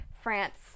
France